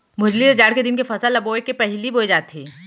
भोजली ल जाड़ के दिन के फसल ल बोए के पहिली बोए जाथे